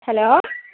hello